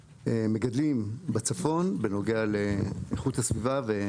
היו לי שיחות עכשיו עם חבר הכנסת רוטמן ועם מנהלת הסיעה אצלנו,